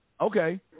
Okay